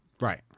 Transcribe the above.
Right